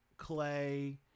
Clay